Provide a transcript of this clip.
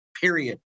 Period